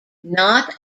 not